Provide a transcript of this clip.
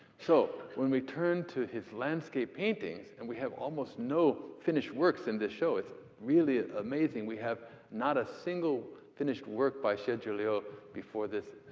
so when we turn to his landscape paintings, and we have almost no finished works in this show, it's really amazing we have not a single finished work by xie zhiliu ah before this.